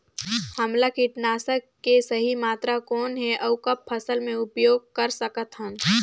हमला कीटनाशक के सही मात्रा कौन हे अउ कब फसल मे उपयोग कर सकत हन?